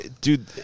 dude